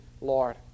Lord